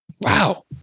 Wow